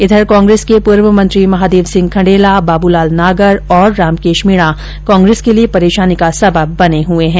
वहीं कांग्रेस के पूर्व मंत्री महादेव सिंह खण्डेला बाबूलाल नागर और रामकेश मीणा कांग्रेस के लिये परोशनी का सबब बने हुए है